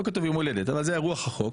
לא כתוב יום הולדת אבל זה רוח החוק.